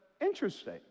interesting